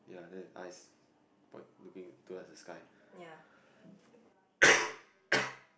ya